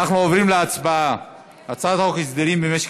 אנחנו עוברים להצבעה על הצעת חוק הסדרים במשק